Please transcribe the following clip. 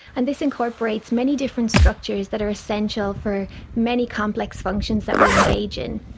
and this incorporates many different structures that are essential for many complex functions that we engage in.